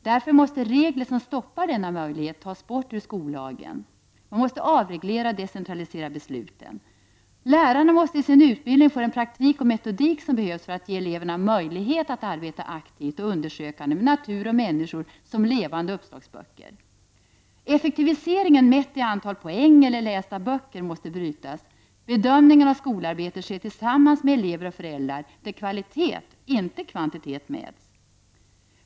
Därför måste regler som stoppar denna möjlighet tas bort ur skollagen. Man måste avreglera och decentralisera besluten. Lärarna måste i sin utbildning få den praktik och metodik som behövs för att ge eleverna möjlighet att arbeta aktivt och undersökande med natur och människor som levande uppslagsböcker. Effektiviseringen mätt i antal poäng eller lästa böcker måste brytas, bedömningen av skolarbetet ske tillsammans med elever och föräldrar, där kvalitet — inte kvantitet — mäts.